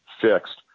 fixed